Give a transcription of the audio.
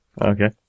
okay